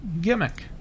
gimmick